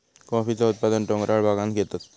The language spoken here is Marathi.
कॉफीचा उत्पादन डोंगराळ भागांत घेतत